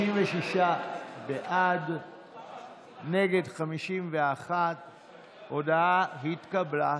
56 בעד, נגד, 51. ההודעה התקבלה.